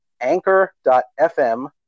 anchor.fm